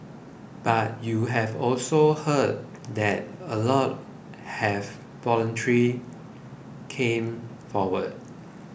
but you have also heard that a lot have voluntary come forward